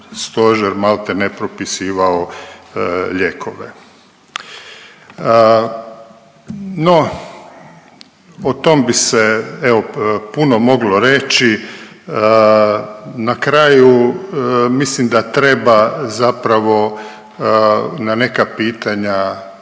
znam, malte ne propisivao lijekove. No, o tom bi se evo puno moglo reći. Na kraju mislim da treba zapravo na neka pitanja